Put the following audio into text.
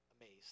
amazed